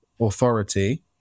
authority